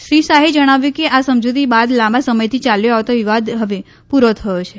શ્રી શાહે જણાવ્યું કે આ સમજુતી બાદ લાંબા સમયથી યાલ્યો આવતો વિવાદ હવે પૂરો થયો છે